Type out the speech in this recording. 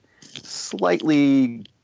slightly